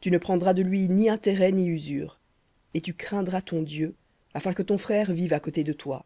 tu ne prendras de lui ni intérêt ni usure et tu craindras ton dieu afin que ton frère vive à côté de toi